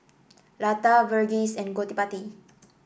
Lata Verghese and Gottipati